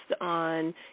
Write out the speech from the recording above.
on